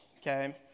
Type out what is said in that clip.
okay